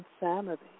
insanity